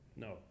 No